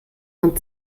man